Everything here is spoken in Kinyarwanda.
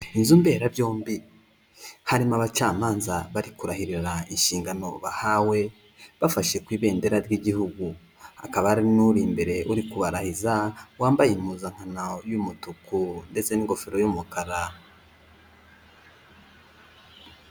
Inzu mberabyombi harimo abacamanza bari kurahirira inshingano bahawe, bafashe ku ibendera ry'igihugu. Hakaba harimo imbere uri kubarahiza, wambaye impuzankano y'umutuku ndetse n'ingofero y'umukara.